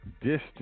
distance